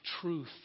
truth